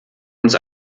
uns